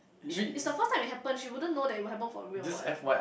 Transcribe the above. she is the first time it happen she wouldn't know that it will happen for real what